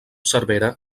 cervera